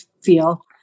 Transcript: feel